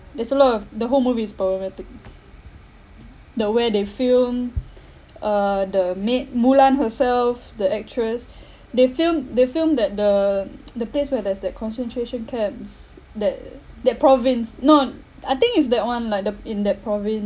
there's a lot of the whole movie is problematic the way they filmed uh the maid mulan herself the actress they filmed they filmed at the the place where there's that concentration camps there that province not I think is that one like the in that province